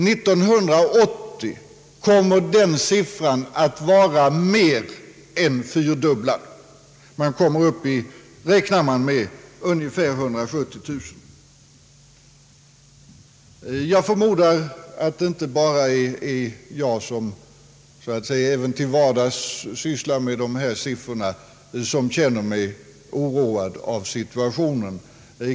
1980 kommer motsvarande siffra att vara mer än fyrdubblad — man räknar med ungefär 170 000. Jag förmodar att det inte bara är jag — som så att säga även till vardags sysslar med dessa frågor — som känner oro inför situationen.